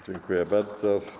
Dziękuję bardzo.